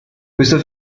questo